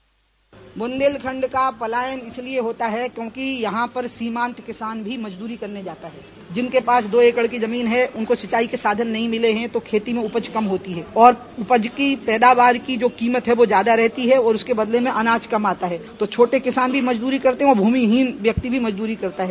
bite Bundelkhand का पलायन इसलिए होता है क्योंकि यहां पर सीमान्त किसान भी मजदूरी करने जाता है जिनके पास दो एकड़ भो जमीन है उनको सिंचाई के साधन नहीं मिले हं तो खेती में उपज कम होती ह और उपज की पैदावार की जो कीमत है वो ज्यादा रहती है उसके बदले में अनाज कम आता है तो छोटे किसान भी मजदूरी करते हैं ओर भूमिहीन व्यक्ति भी मजदूरी करता है